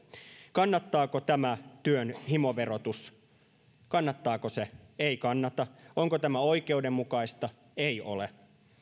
kannattaako tämä työn himoverotus kannattaako se ei kannata onko tämä oikeudenmukaista ei ole